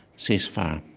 ceasefire